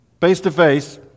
face-to-face